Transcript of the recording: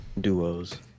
duos